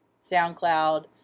SoundCloud